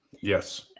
Yes